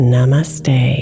Namaste